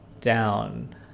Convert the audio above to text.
down